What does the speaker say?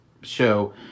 show